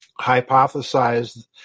hypothesized